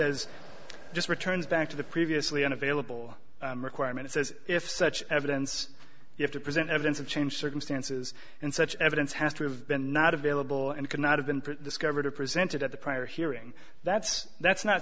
says just returns back to the previously unavailable requirement it says if such evidence you have to present evidence of change circumstances and such evidence has to have been not available and could not have been discovered or presented at the prior hearing that's that's not